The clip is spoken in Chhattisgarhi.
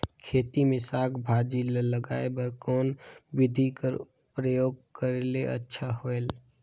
खेती मे साक भाजी ल उगाय बर कोन बिधी कर प्रयोग करले अच्छा होयल?